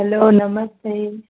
hello Namaste